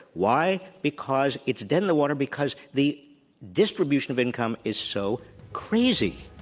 why? because it's dead in the water because the distribution of income is so crazy.